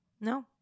No